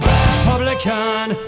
Republican